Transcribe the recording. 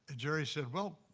and jerry said, well,